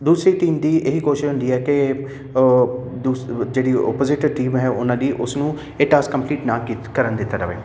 ਦੂਸਰੀ ਟੀਮ ਦੀ ਇਹੀ ਕੋਸ਼ਿਸ਼ ਹੁੰਦੀ ਹੈ ਕਿ ਦੂਸ ਜਿਹੜੀ ਔਪੋਜਿਟ ਟੀਮ ਹੈ ਉਹਨਾਂ ਦੀ ਉਸਨੂੰ ਇਹ ਟਾਸਕ ਕੰਪਲੀਟ ਨਾ ਕੀਤ ਕਰਨ ਦਿੱਤਾ ਜਾਵੇ